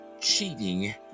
cheating